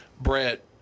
brett